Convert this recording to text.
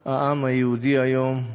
העם היהודי היום,